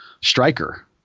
striker